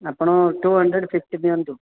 ଆପଣ two hundred fifty ଦିଅନ୍ତୁ